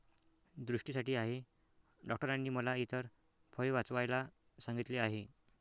दृष्टीसाठी आहे डॉक्टरांनी मला इतर फळे वाचवायला सांगितले आहे